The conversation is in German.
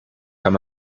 kann